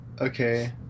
okay